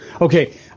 Okay